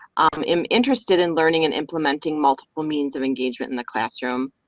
i'm interested in learning and implementing multiple means of engagement in the classroom.